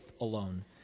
alone